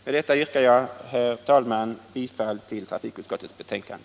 Med detta, herr talman, yrkar jag bifall till trafikutskottets betänkande.